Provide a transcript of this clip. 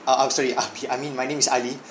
uh I'm sorry ah bee I mean my name is ali